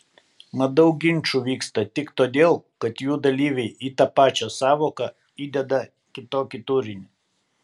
mat daug ginčų vyksta tik todėl kad jų dalyviai į tą pačią sąvoką įdeda kitokį turinį